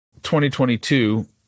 2022